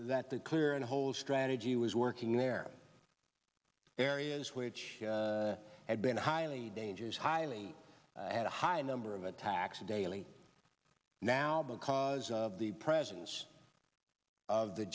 that the clear and hold strategy was working in their areas which had been a highly dangerous highly had a high number of attacks daily now because of the presence of the